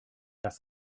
das